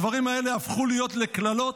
הדברים האלה הפכו להיות לקללות,